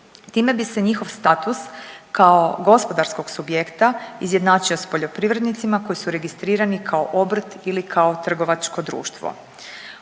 Time bi se njihov status kao gospodarskog subjekta izjednačio s poljoprivrednicima koji su registrirani kao obrt ili kao trgovačko društvo.